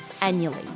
annually